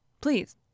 please